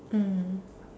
mm